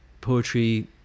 poetry